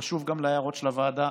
וקשוב גם להערות של הוועדה.